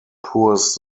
pours